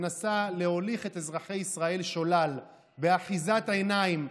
מנסה להוליך את אזרחי ישראל שולל באחיזת עיניים,